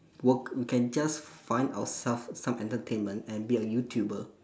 work we can just find ourself some entertainment and be a YouTuber